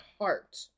heart